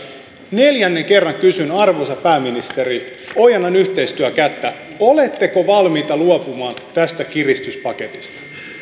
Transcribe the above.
neljännen kerran kysyn arvoisa pääministeri ojennan yhteistyön kättä oletteko valmiita luopumaan tästä kiristyspaketista